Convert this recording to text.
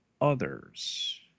others